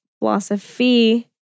Philosophy